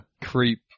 creep